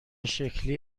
شکلی